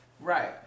right